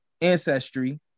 ancestry